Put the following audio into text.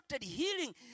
healing